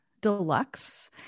Deluxe